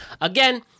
Again